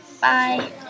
Bye